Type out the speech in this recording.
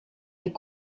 est